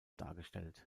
dargestellt